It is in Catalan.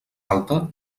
alta